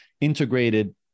integrated